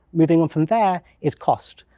moving on from there, is cost.